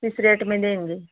किस रेट में देंगी